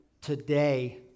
today